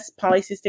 polycystic